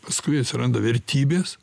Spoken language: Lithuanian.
paskui atsiranda vertybės